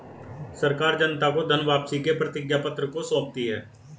सरकार जनता को धन वापसी के प्रतिज्ञापत्र को सौंपती है